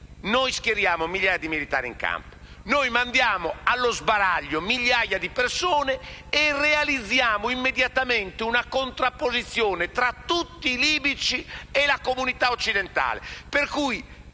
schierare migliaia di militari in campo. Mandiamo allo sbaraglio migliaia di persone e realizziamo immediatamente una contrapposizione tra tutti i libici e la comunità occidentale;